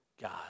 God